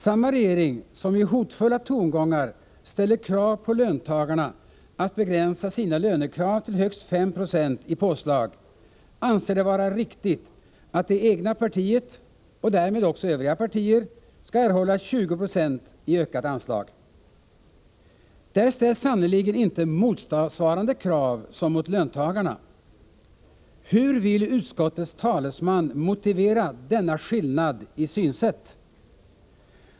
Samma regering som i hotfulla tongångar ställer krav på löntagarna att begränsa sina lönekrav till högst 5 96 i påslag anser det vara riktigt att det egna partiet, och därmed också övriga partier, skall erhålla 20 96 i ökat anslag. Där ställs sannerligen inte motsvarande krav som på löntagarna. Hur vill utskottets talesman motivera denna skillnad i synsätt?